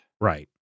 Right